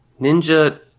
Ninja